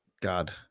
God